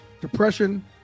depression